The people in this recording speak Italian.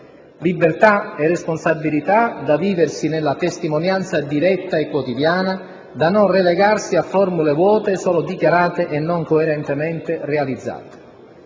Libertà e responsabilità da viversi nella testimonianza diretta e quotidiana, da non relegarsi a formule vuote solo dichiarate e non coerentemente realizzate.